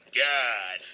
god